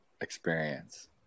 experience